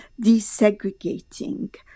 desegregating